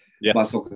Yes